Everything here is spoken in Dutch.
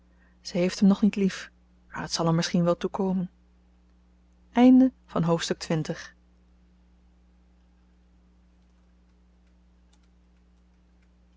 ze heeft hem nog niet lief maar het zal er misschien wel toe komen